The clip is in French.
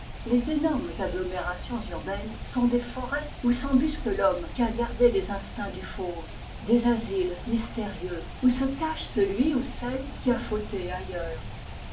les énormes agglomérations urbaines sont des forêts où s'embusque l'homme qui a gardé les instincts du fauve des asiles mystérieux où se cache celui ou celle qui a fauté ailleurs